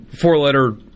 four-letter